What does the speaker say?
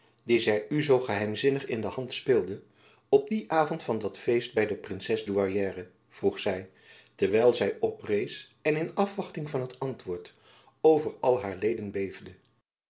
dien zy u zoo geheimzinnig in handen speelde op dien avond van dat feest by de princes douairière vroeg zy terwijl zy oprees en in afwachting van het antwoord over al haar leden